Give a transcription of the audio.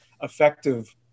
effective